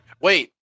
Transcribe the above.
Wait